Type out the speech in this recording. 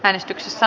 äänestyksissä